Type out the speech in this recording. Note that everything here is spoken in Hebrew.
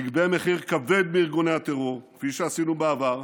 נגבה מחיר כבד מארגוני הטרור כפי שעשינו בעבר,